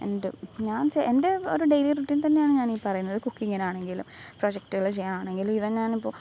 and ഞാൻ എൻ്റെ ഒരു ഡെയ്ലി റുട്ടീൻ തന്നെയാണ് ഞാൻ ഈ പറയുന്നത് കുക്കിങ്ങിനാണെങ്കിലും പ്രൊജെക്ടുകൾ ചെയ്യുകയാണെങ്കിലും ഈവൻ ഞാനിപ്പോൾ